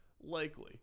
likely